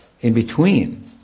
in-between